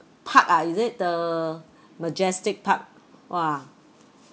park ah is it the majestic park !wah!